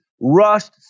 Rushed